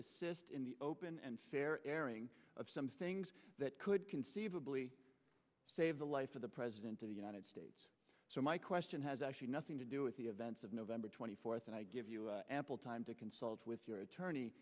assist in the open and fair airing of some things that could conceivably save the life of the president of the united states so my question has actually nothing to do with the events of november twenty fourth and i give you ample time to consult with your attorney